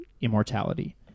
immortality